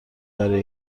برای